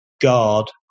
guard